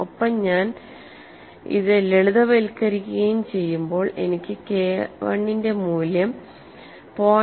ഒപ്പം ഞാൻ ലളിതവൽക്കരിക്കുകയും ചെയ്യുമ്പോൾ എനിക്ക് KI യുടെ മൂല്യം 0